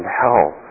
hell